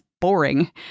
boring